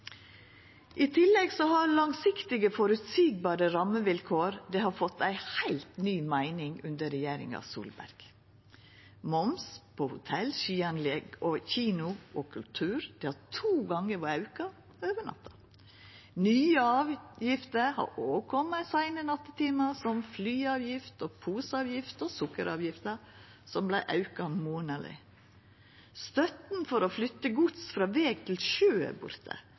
I tillegg har langsiktige, føreseielege rammevilkår fått ei heilt ny meining under regjeringa Solberg. Moms på hotell, skianlegg, kino og kultur har to gonger vorte auka over natta. Nye avgifter har òg kome i seine nattetimar, som flyavgift og poseavgift – og sukkeravgifta som vart auka monaleg. Støtta for å flytta gods frå veg til sjø er borte,